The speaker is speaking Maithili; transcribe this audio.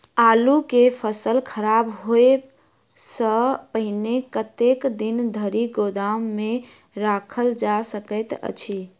आलु केँ फसल खराब होब सऽ पहिने कतेक दिन धरि गोदाम मे राखल जा सकैत अछि?